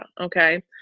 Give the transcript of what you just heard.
Okay